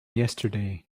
yesterday